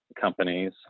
companies